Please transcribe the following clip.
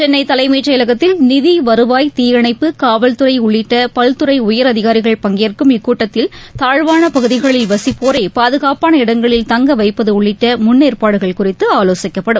சென்னை தலைமைச்செயலகத்தில் நிதி வருவாய் தீயணைப்பு காவல்துறை உள்ளிட்ட பல்துறை உயரதிகாரிகள் பங்கேற்கும் இக்கூட்டத்தில் தாழ்வான பகுதிகளில் வசிப்போரை பாதுகாப்பான இடங்களில் தங்க வைப்பது உள்ளிட்ட முன்னேற்பாடுகள் குறித்து ஆலோசிக்கப்படும்